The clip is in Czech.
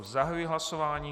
Zahajuji hlasování.